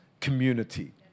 community